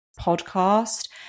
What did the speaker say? podcast